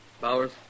Bowers